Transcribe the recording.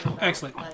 Excellent